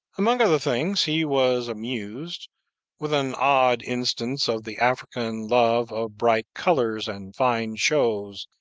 among other things, he was amused with an odd instance of the african love of bright colors and fine shows,